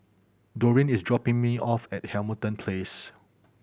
Doreen is dropping me off at Hamilton Place